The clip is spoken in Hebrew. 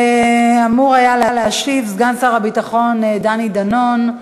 אמור היה להשיב סגן שר הביטחון דני דנון,